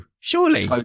Surely